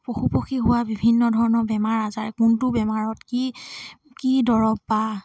পশু পক্ষী হোৱা বিভিন্ন ধৰণৰ বেমাৰ আজাৰ কোনটো বেমাৰত কি কি দৰৱ বা